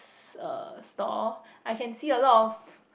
s~ uh store I can see a lot of